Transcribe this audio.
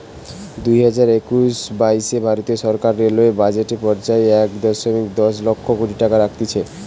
দুইহাজার একুশ বাইশে ভারতীয় সরকার রেলওয়ে বাজেট এ পর্যায়ে এক দশমিক দশ লক্ষ কোটি টাকা রাখতিছে